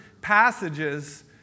passages